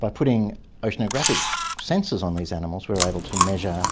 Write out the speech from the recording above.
by putting oceanographic sensors on these animals we're able to measure